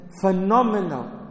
phenomenal